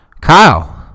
Kyle